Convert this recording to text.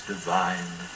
divine